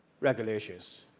regulations.